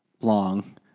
long